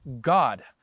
God